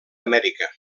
amèrica